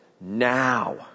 now